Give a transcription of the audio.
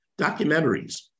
documentaries